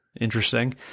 interesting